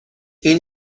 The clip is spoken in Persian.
این